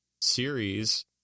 series